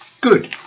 Good